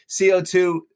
CO2